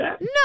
No